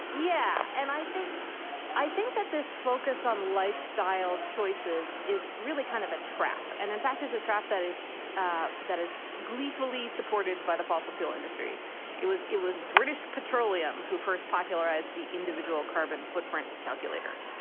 yeah. and i think i think that this focus on lifestyle choices is really kind of a trap. and in fact, it's a trap that is ah that is gleefully supported by the fossil fuel industry it was it was british petroleum who first popularized the individual carbon footprint calculator,